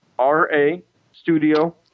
R-A-Studio